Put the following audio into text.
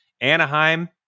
Anaheim